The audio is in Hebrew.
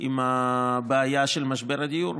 עם הבעיה של משבר הדיור.